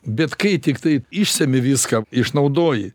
bet kai tiktai išsemi viską išnaudoji